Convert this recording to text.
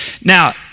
Now